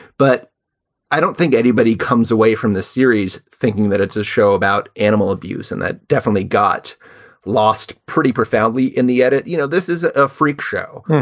but i don't think anybody comes away from the series thinking that it's a show about animal abuse and that definitely got lost pretty profoundly in the edit. you know, this is ah a freak show.